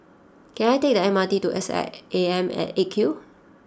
can I take the M R T to S I A M at eight Q